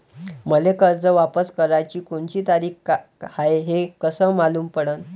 मले कर्ज वापस कराची कोनची तारीख हाय हे कस मालूम पडनं?